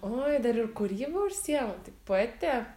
oi dar ir kūryba užsiemat tai poetė